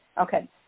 Okay